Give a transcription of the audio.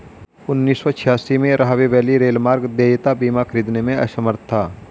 उन्नीस सौ छियासी में, राहवे वैली रेलमार्ग देयता बीमा खरीदने में असमर्थ था